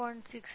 6